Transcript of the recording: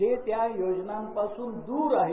जे त्या योजना पासून दर आहेत